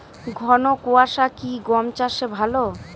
ঘন কোয়াশা কি গম চাষে ভালো?